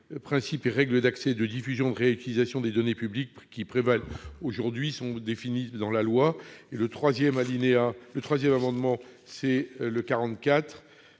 principes et règles d'accès, de diffusion et de réutilisation des données publiques qui prévalent aujourd'hui sont définis dans la loi. L'amendement n° 44